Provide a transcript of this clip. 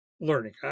learning